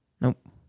Nope